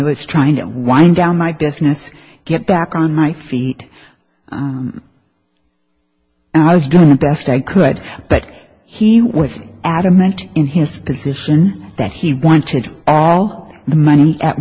was trying to wind down my business get back on my feet and i've done the best i could but he was adamant in his position that he wanted all the money at